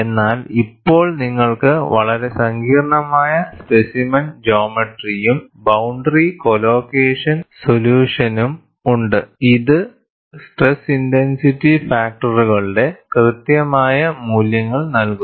എന്നാൽ ഇപ്പോൾ നിങ്ങൾക്ക് വളരെ സങ്കീർണ്ണമായ സ്പെസിമെൻ ജ്യോമെറ്ററിയും ബൌണ്ടറി കോലൊകേഷൻ സൊല്യൂഷനും ഉണ്ട് ഇത് സ്ട്രെസ് ഇന്റർസിറ്റി ഫാക്ടറുകളുടെ കൃത്യമായ മൂല്യങ്ങൾ നൽകുന്നു